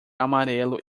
amarelo